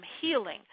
healing